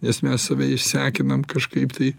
nes mes save išsekinam kažkaip tai